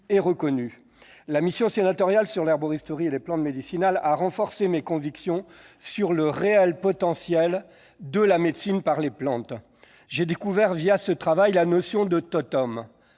et reconnu. La mission sénatoriale sur le développement de l'herboristerie et des plantes médicinales a renforcé ma conviction sur le réel potentiel de la médecine par les plantes. J'ai découvert ce travail la notion de «